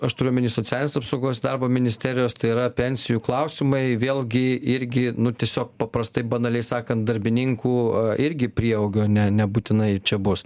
aš turiu omeny socialinės apsaugos ir darbo ministerijos tai yra pensijų klausimai vėlgi irgi nu tiesiog paprastai banaliai sakant darbininkų irgi prieaugio ne nebūtinai čia bus